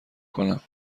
کنم